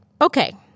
Okay